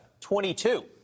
22